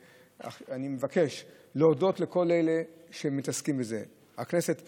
אני מבקש להודות לכל אלה שמתעסקים בזה: לכנסת פה,